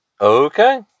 Okay